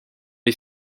les